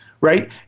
right